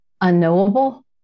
unknowable